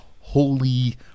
holy